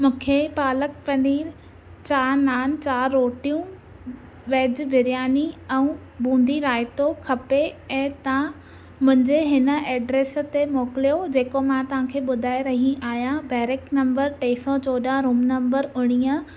मूंखे पालक पनीर चारि नान चारि रोटियूं वेज बिर्यानी ऐं बूंदी राइतो खपे ऐं तव्हां मुंहिंजे हिन एड्रेस ते मोकिलियो जेको मां तव्हांखे ॿुधाए रही आहियां बैरेक नम्बर टे सौ चोॾहां रूम नम्बर उणिवीह